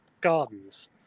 gardens